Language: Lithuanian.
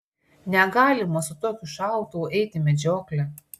negalima su tokiu šautuvu eiti į medžioklę